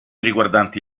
riguardanti